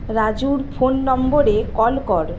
রাজুর ফোন নম্বরে কল কর